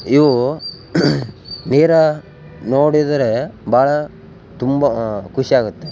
ಇವು ನೇರ ನೋಡಿದರೆ ಭಾಳ ತುಂಬ ಖುಷಿಯಾಗತ್ತೆ